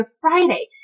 Friday